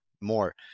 more